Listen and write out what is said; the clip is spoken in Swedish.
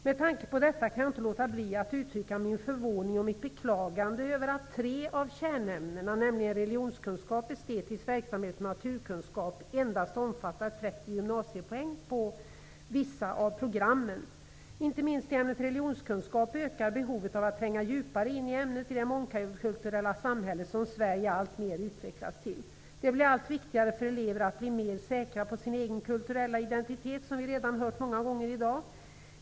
Med tanke på detta vill jag uttrycka min förvåning och mitt beklagande över att tre av kärnämnena, nämligen religionskunskap, estetisk verksamhet och naturkunskap endast omfattar 30 gymnasiepoäng på vissa av programmen. Inte minst i ämnet religionskunskap ökar behovet av att tränga djupare in i ämnet i det mångkulturella samhälle som Sverige alltmer utvecklats till. Det blir allt viktigare för eleverna att bli mer säkra på sin egen kulturella identitet -- som vi redan hört många gånger i dag.